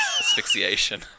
asphyxiation